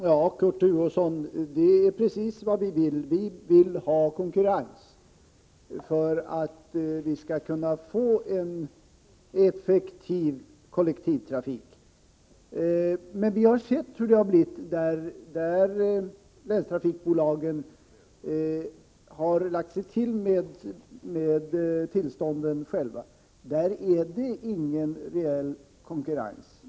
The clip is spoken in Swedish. Herr talman! Det är precis vad vi vill, Kurt Hugosson — vi vill ha konkurrens, för att vi skall kunna få en effektiv kollektivtrafik. Men vi har sett hur det har blivit där länstrafikbolagen själva lagt sig till med tillstånden — där är det ingen reell konkurrens.